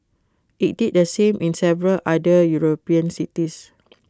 IT did the same in several other european cities